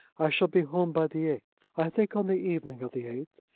i shall be home by the eighth i think on the evening of the eighth.